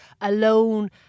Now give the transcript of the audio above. alone